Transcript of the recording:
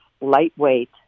lightweight